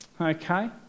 Okay